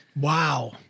Wow